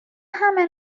همه